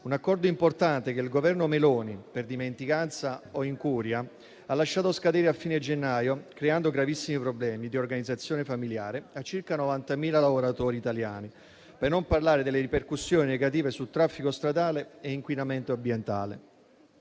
un Accordo importante che il Governo Meloni, per dimenticanza o incuria, ha lasciato scadere a fine gennaio, creando gravissimi problemi di organizzazione familiare a circa 90.000 lavoratori italiani, per non parlare delle ripercussioni negative sul traffico stradale e inquinamento ambientale.